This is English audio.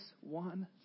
one